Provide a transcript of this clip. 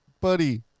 Buddy